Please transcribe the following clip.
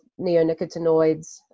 neonicotinoids